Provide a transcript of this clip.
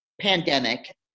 pandemic